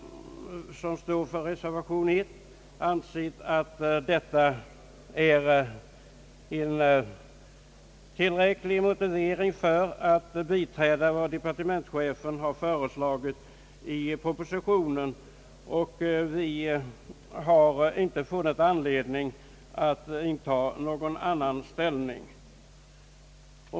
Vi som står för reservation 1 a har ansett att detta är en tillräcklig motivering för att biträda departementschefens förslag i propositionen, och vi har inte funnit anledning att inta någon annan ståndpunkt.